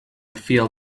feel